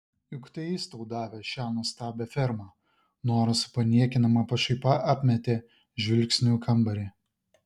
juk tai jis tau davė šią nuostabią fermą nora su paniekinama pašaipa apmetė žvilgsniu kambarį